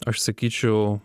aš sakyčiau